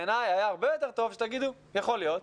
בעיני היה הרבה יותר טוב שתגידו 'יכול להיות,